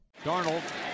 Darnold